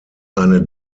eine